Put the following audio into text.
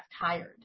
tired